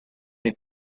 they